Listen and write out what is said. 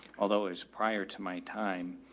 although it was prior to my time,